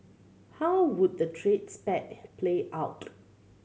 how would the trade spat play out